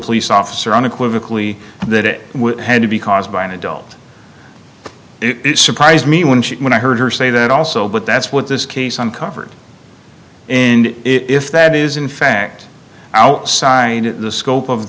police officer unequivocally that it would had to be caused by an adult it surprised me when she when i heard her say that also but that's what this case uncovered and if that is in fact out signed the scope of